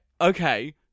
Okay